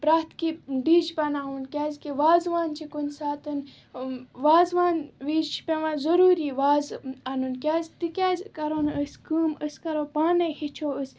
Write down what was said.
پرٛٮ۪تھ کیٚنٛہہ ڈِش بَناوُن کیٛازکہِ وازوان چھِ کُنہِ ساتہٕ وازوان وِز چھِ پیٚوان ضروٗری وازٕ اَنُن کیٛازِ تِکیٛازِ کَرو نہٕ أسۍ کٲم أسۍ کَرو پانَے ہیٚچھو أسۍ